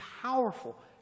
powerful